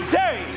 day